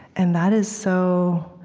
and that is so,